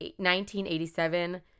1987